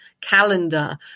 calendar